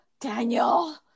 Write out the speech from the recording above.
Daniel